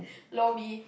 lor mee